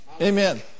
Amen